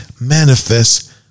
manifest